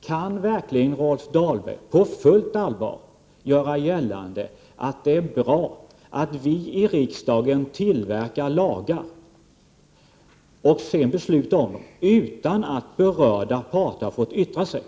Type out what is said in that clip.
Kan verkligen Rolf Dahlberg på fullt allvar göra gällande att det är bra att vi i riksdagen tillverkar lagar och sedan beslutar om dem utan att berörda parter har fått yttra sig?